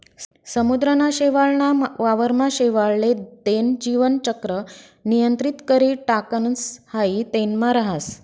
समुद्रना शेवाळ ना वावर मा शेवाळ ले तेन जीवन चक्र नियंत्रित करी टाकणस हाई तेनमा राहस